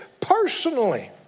personally